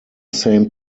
same